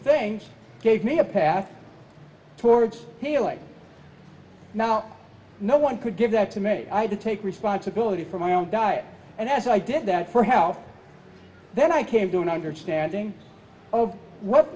things gave me a path towards healing now no one could give that to me i had to take responsibility for my own diet and as i did that for health then i came to an understanding of what